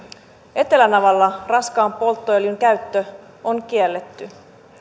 etelänavalla raskaan polttoöljyn käyttö on kielletty